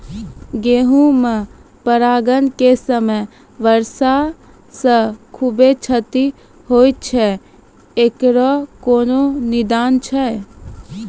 गेहूँ मे परागण के समय वर्षा से खुबे क्षति होय छैय इकरो कोनो निदान छै?